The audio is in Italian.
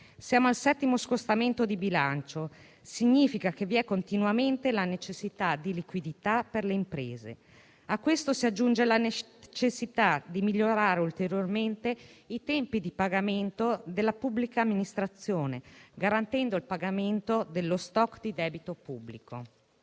Siamo al settimo scostamento di bilancio: ciò significa che vi è continuamente la necessità di liquidità per le imprese. A questo si aggiunge la necessità di migliorare ulteriormente i tempi di pagamento della pubblica amministrazione, garantendo il pagamento dello *stock* di debito pubblico.